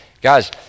Guys